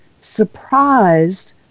surprised